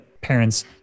parents